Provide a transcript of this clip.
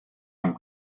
amb